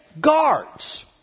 guards